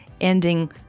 Ending